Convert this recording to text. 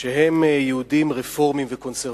שהם יהודים רפורמים וקונסרבטיבים,